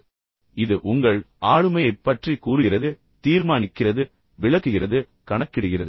எனவே இது உண்மையில் உங்கள் ஆளுமையைப் பற்றி கூறுகிறது தீர்மானிக்கிறது விளக்குகிறது கணக்கிடுகிறது